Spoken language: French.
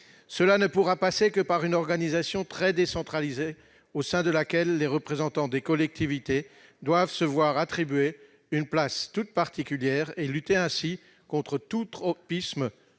Cela ne pourra résulter que d'une organisation très décentralisée, au sein de laquelle les représentants des collectivités doivent se voir attribuer une place toute particulière. Ainsi, on devra lutter contre tout tropisme conduisant